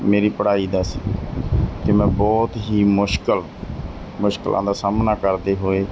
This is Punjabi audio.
ਮੇਰੀ ਪੜ੍ਹਾਈ ਦਾ ਸੀ ਅਤੇ ਮੈਂ ਬਹੁਤ ਹੀ ਮੁਸ਼ਕਿਲ ਮੁਸ਼ਕਿਲਾਂ ਦਾ ਸਾਹਮਣਾ ਕਰਦੇ ਹੋਏ